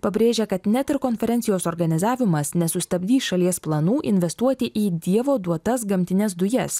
pabrėžia kad net ir konferencijos organizavimas nesustabdys šalies planų investuoti į dievo duotas gamtines dujas